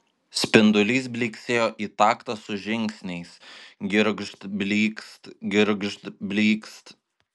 spindulys blyksėjo į taktą su žingsniais girgžt blykst girgžt blykst